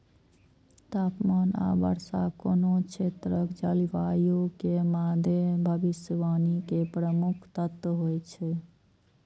तापमान आ वर्षा कोनो क्षेत्रक जलवायु के मादे भविष्यवाणी के प्रमुख तत्व होइ छै